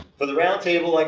for the round table, like